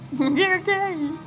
okay